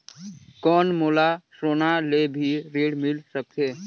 कौन मोला सोना ले भी ऋण मिल सकथे?